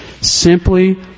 simply